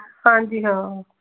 ਹਾਂਜੀ ਹਾਂ